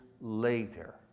later